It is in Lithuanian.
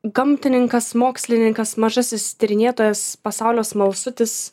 gamtininkas mokslininkas mažasis tyrinėtojas pasaulio smalsutis